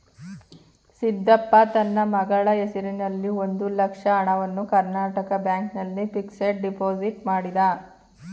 ಸಿದ್ದಪ್ಪ ತನ್ನ ಮಗಳ ಹೆಸರಿನಲ್ಲಿ ಒಂದು ಲಕ್ಷ ಹಣವನ್ನು ಕರ್ನಾಟಕ ಬ್ಯಾಂಕ್ ನಲ್ಲಿ ಫಿಕ್ಸಡ್ ಡೆಪೋಸಿಟ್ ಮಾಡಿದ